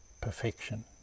perfection